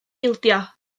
ildio